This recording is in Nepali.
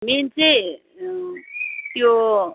मेन चाहिँ त्यो